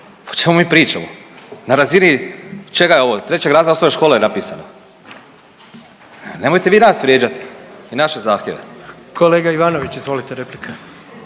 O čemu mi pričamo? Na razini čega je ovo? Trećeg razreda osnovne škole je napisano. Nemojte vi nas vrijeđati i naše zahtjeve. **Jandroković, Gordan